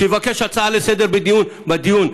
שיבקש הצעה לסדר-היום בנושא.